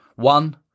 one